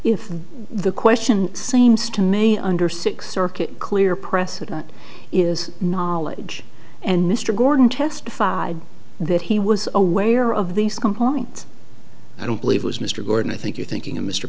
if the question seems to me under six circuit clear precedent is knowledge and mr gordon testified that he was aware of these compliant i don't believe was mr gordon i think you're thinking of mr